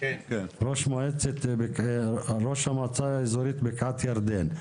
ראש המועצה האזורית בקעת ירדן.